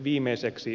viimeiseksi